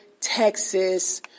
Texas